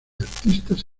artistas